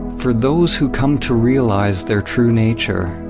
for those who come to realize their true nature,